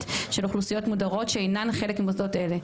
של אוכלוסיות מודרות שאינן חלק ממוסדות אלו.